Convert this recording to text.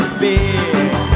big